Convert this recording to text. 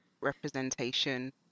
representation